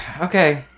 Okay